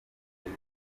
beza